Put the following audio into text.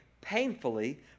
painfully